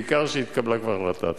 בעיקר שהתקבלה כבר החלטה.